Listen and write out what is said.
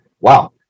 Wow